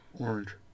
Orange